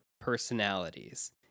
personalities